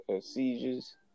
seizures